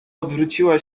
odwróciła